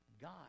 God